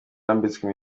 bambitswe